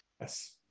Yes